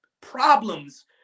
problems